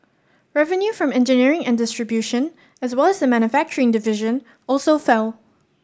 revenue from engineering and distribution as well as the manufacturing division also fell